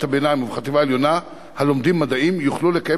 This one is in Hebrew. הביניים ובחטיבה העליונה הלומדים מדעים יוכלו לקיים